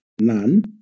none